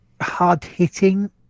hard-hitting